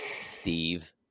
Steve